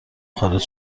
خارج